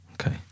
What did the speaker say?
Okay